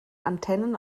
antennen